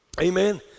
Amen